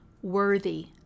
worthy